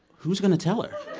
who's going to tell her?